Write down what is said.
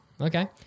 okay